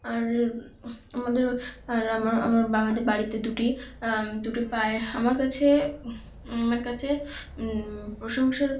আর আমাদের আর আমার আমার বাবাদের বাড়িতে দুটি দুটি পায়ে আমার কাছে আমার কাছে প্রশংসার